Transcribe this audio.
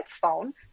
phone